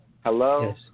hello